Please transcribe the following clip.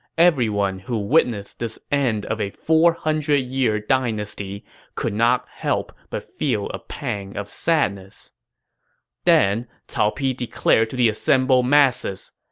everyone who witnessed this end of a four hundred year dynasty could not help but feel a pang of sadness then, cao pi declared to the assembled masses,